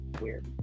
weird